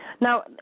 Now